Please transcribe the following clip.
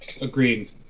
agreed